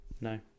No